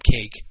Cake